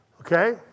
Okay